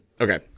Okay